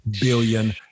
billion